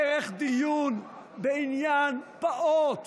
דרך דיון בעניין פעוט,